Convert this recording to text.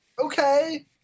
Okay